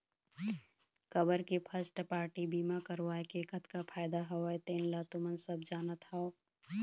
काबर के first party बीमा करवाय के कतका फायदा हवय तेन ल तुमन सब जानत हव